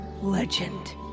legend